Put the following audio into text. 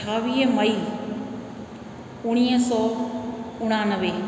छवीह मई उणिवीह सौ उणानवे